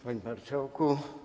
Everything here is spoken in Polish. Panie Marszałku!